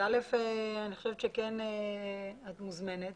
אני חושבת שאת מוזמנת